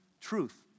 truth